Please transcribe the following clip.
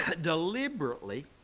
deliberately